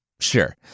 Sure